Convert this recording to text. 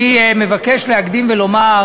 אני מבקש להקדים ולומר,